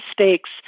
mistakes